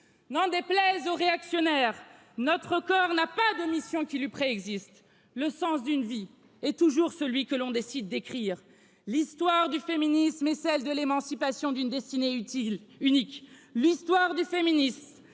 n'en déplaise aux réactionnaires notre corps n'a pas de mission qui lui préexistent le sens d'une vie, est toujours celui que l'on décide d'écrire, c'est l'histoire du féminisme, est celle de l'émancipation, d'une destinée utile unique. l'histoire du féminisme